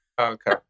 Okay